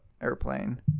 Airplane